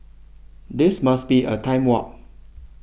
this must be a time warp